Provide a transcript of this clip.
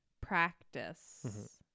practice